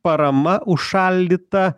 parama užšaldyta